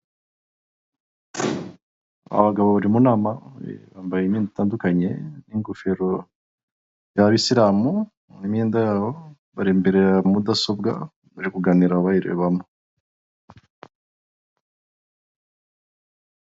Aba bagabo buri mu nama, bambaye imyenda itandukanye, n'ingofero y'abisilamu n'imyenda yabo, bari imbere ya mudasobwa, bari kuganira bayirebamo.